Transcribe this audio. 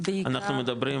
אנחנו מדברים,